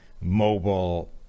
mobile